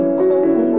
cold